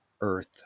earth